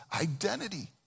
identity